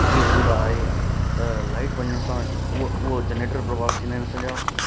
जी सुविधा आहे त लाइट वञण सां उहो उहो जनरेटर प्रभावित थींदा आहिनि असांजा